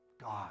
God